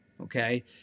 Okay